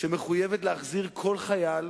שמחויבת להחזיר כל חייל,